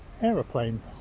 aeroplane